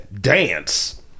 dance